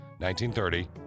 1930